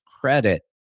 credit